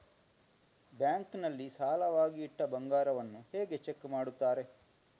Bank ನಲ್ಲಿ ಸಾಲವಾಗಿ ಇಟ್ಟ ಬಂಗಾರವನ್ನು ಹೇಗೆ ಚೆಕ್ ಮಾಡುತ್ತಾರೆ?